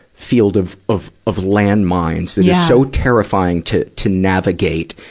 field of, of, of landmines that is so terrifying to, to navigate,